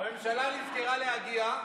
הממשלה נזכרה להגיע,